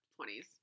20s